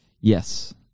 Yes